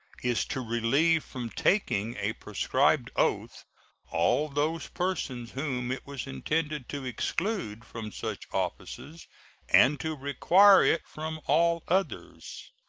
is to relieve from taking a prescribed oath all those persons whom it was intended to exclude from such offices and to require it from all others.